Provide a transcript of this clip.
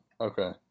Okay